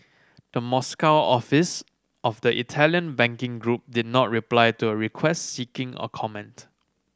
the Moscow office of the Italian banking group did not reply to a request seeking a comment